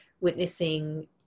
witnessing